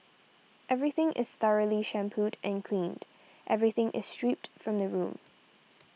everything is thoroughly shampooed and cleaned everything is stripped from the room